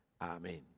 Amen